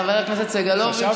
חבר הכנסת סגלוביץ',